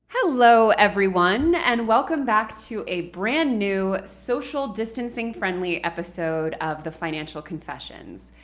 hello, everyone, and welcome back to a brand new social distancing-friendly episode of the financial confessions.